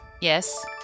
Yes